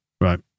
Right